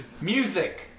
music